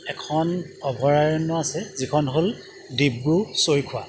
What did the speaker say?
এখন অভয়াৰণ্য আছে যিখন হ'ল ডিব্ৰু চৈখোৱা